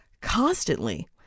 constantly